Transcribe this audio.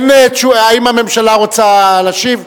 האם הממשלה רוצה להשיב?